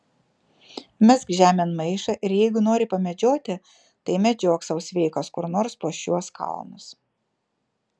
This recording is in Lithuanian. mesk žemėn maišą ir jeigu nori pamedžioti tai medžiok sau sveikas kur nors po šiuos kalnus